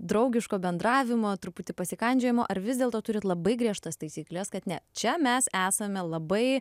draugiško bendravimo truputį pasikandžiojimo ar vis dėlto turit labai griežtas taisykles kad ne čia mes esame labai